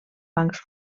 bancs